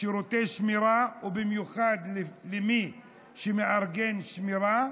שירותי שמירה ובמיוחד למי שמארגן שמירה,